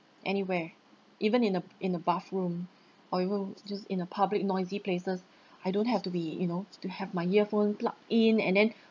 anywhere even in a in a bathroom or even just in a public noisy places I don't have to be you know to have my earphone plugged in and then